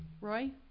Roy